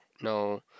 no